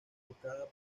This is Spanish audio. tocada